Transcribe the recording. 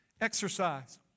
exercise